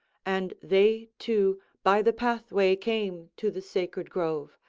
and they two by the pathway came to the sacred grove,